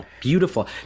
Beautiful